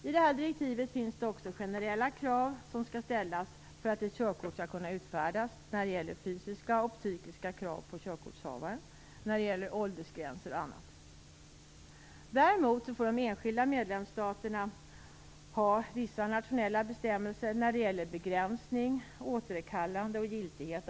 I detta direktiv finns det också generella krav som skall ställas för att ett körkort skall kunna utfärdas när det gäller fysiska och psykiska krav och när det gäller åldersgränser på körkortsinnehavaren. Däremot får de enskilda medlemsstaterna ha vissa nationella bestämmelser för körkorten när det gäller begränsning, återkallande och giltighet.